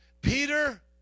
Peter